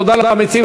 תודה למציעים.